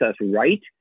right